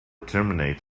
terminated